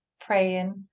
praying